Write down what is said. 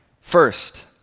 First